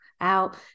out